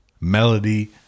melody